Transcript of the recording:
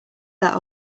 that